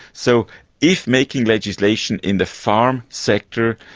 so if making legislation in the farm sector,